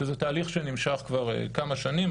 שזה תהליך שנמשך כבר כמה שנים,